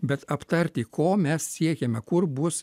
bet aptarti ko mes siekiame kur bus